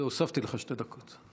הוספתי לך שתי דקות.